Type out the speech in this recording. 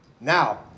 Now